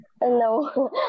no